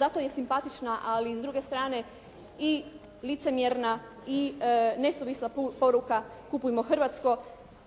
zato je simpatična, ali s druge strane i licemjerna i nesuvisla poruka kupujmo hrvatsko